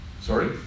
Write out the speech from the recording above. Sorry